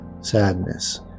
sadness